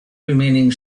remaining